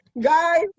Guys